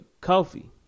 Coffee